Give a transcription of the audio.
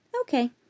Okay